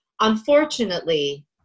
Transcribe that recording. unfortunately